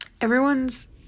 everyone's